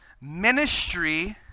Ministry